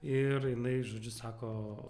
ir jinai žodžiu sako